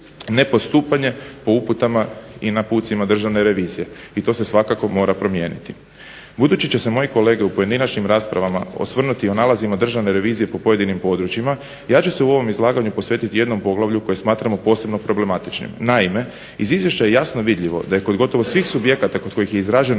nepostupanje po uputama i napucima državne revizije. I to se svakako mora promijeniti. Budući će se moji kolege u pojedinačnim raspravama osvrnuti i o nalazima Državne revizije po pojedinim područjima ja ću se u ovom izlaganju posvetiti jednom poglavlju koje smatramo posebno problematičnim. Naime, iz Izvješća je jasno vidljivo da je kod gotovo svih subjekata kod kojih je izraženo